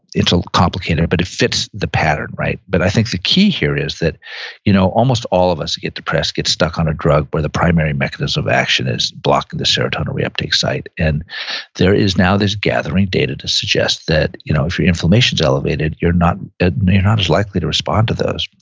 it's ah complicated but it fits the pattern, right? but i think the key here is that you know almost all of us get depressed, get stuck on a drug where the primary mechanism of action is blocking the serotonin reuptake site, and there is now this gathering data to suggest that you know if your inflammation is elevated, you're not ah not as likely to respond to those.